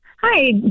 Hi